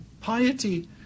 piety